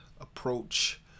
approach